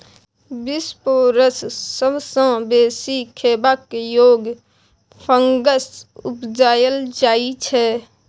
बिसपोरस सबसँ बेसी खेबाक योग्य फंगस उपजाएल जाइ छै